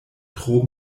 tro